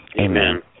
Amen